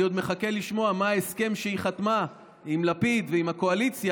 אני עוד מחכה לשמוע מה ההסכם שהיא חתמה עליו עם לפיד ועם הקואליציה,